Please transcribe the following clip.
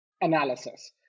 analysis